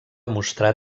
mostrar